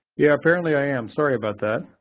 yeah, apparently i am sorry about that.